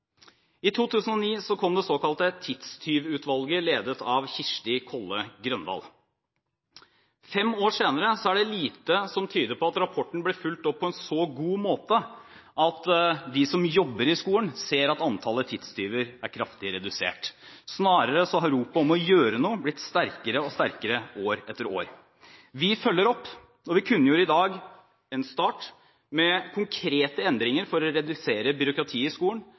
I 2009 kom det såkalte «tidstyvutvalget», ledet av Kirsti Kolle Grøndahl. Fem år senere er det lite som tyder på at rapporten ble fulgt opp på en så god måte at de som jobber i skolen, ser at antallet tidstyver er kraftig redusert. Ropet om å gjøre noe har snarere blitt sterkere og sterkere år for år. Vi følger opp, og vi kunngjorde i dag en start med konkrete endringer for å redusere byråkratiet i skolen,